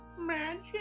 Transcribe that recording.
Magic